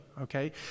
okay